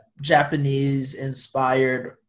Japanese-inspired